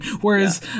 whereas